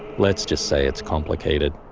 let's just say it's complicated.